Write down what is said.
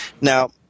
Now –